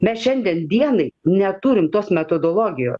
mes šiandien dienai neturim tos metodologijos